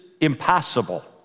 impossible